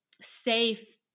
safe